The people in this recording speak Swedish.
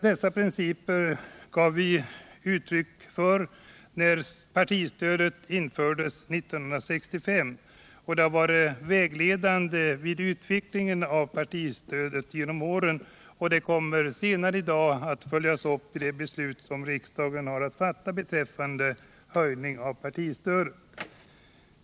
Dessa principer gav vi uttryck för när partistödet infördes 1965, och de har varit vägledande vid utvecklingen genom åren. De kommer senare i dag att följas upp i det beslut som riksdagen har att fatta om en höjning av partistödet.